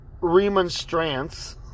remonstrance